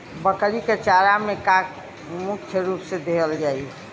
बकरी क चारा में का का मुख्य रूप से देहल जाई?